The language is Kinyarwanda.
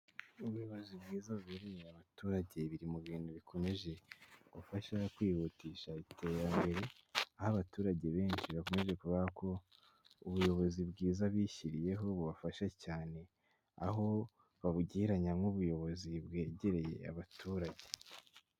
Ubuyobozi bwiza bubereye abaturage biri mu bintu bikomeje gufasha kwihutisha iterambere, aho abaturage benshi bakomeje kuvuga ko ubuyobozi bwiza bishyiriyeho bubafasha cyane, aho babugereranya nk'ubuyobozi bwegereye abaturage.